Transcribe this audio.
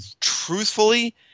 truthfully